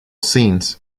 scenes